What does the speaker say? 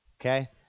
Okay